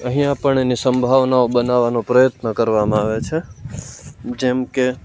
અહીયા પણ એને સંભાવના બનાવવાનો પ્રયત્ન કરવામાં આવે છે જેમકે